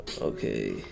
Okay